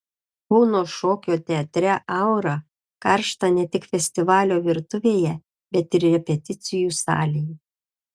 kauno šokio teatre aura karšta ne tik festivalio virtuvėje bet ir repeticijų salėje